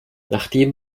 nachdem